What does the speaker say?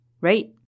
right